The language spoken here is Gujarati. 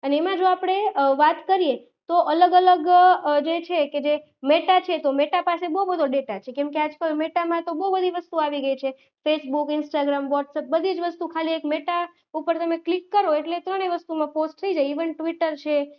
અને એમાં જો આપણે વાત કરીએ તો અલગ અલગ જે છે કે જે મેટા છે તો મેટા પાસે બહુ બધો ડેટા છે કેમકે આજકલ મેટામાં તો બહુ બધી વસ્તુ આવી ગઈ છે ફેસબુક ઇન્સ્ટાગ્રામ વોટ્સઅપ બધી જ વસ્તુ ખાલી એક મેટા ઉપર તમે ક્લિક કરો એટલે ત્રણેય વસ્તુમાં પોસ્ટ થઈ જાય ઈવન ટ્વિટર છે